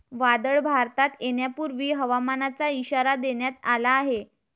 वादळ भारतात येण्यापूर्वी हवामानाचा इशारा देण्यात आला आहे